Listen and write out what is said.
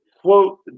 Quote